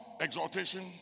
exaltation